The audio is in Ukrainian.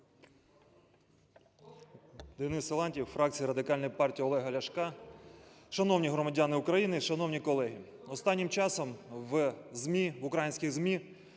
Денис Силантьєв, фракція Радикальної партії Олега Ляшка. Шановні громадяни України, шановні колеги! Останнім часом в ЗМІ, в українських ЗМІ